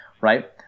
right